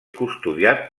custodiat